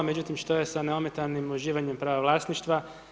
Međutim, što je sa neometanim uživanjem prava vlasništva?